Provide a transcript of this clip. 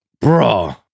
bro